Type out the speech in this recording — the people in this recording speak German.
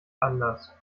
anders